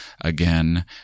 again